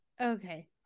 Okay